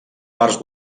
parts